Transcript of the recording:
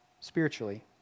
spiritually